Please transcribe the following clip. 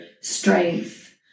strength